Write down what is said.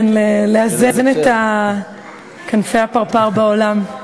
כן, לאזן את כנפי הפרפר בעולם.